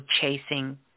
chasing